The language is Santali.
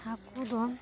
ᱦᱟᱹᱠᱩ ᱫᱚ